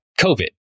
COVID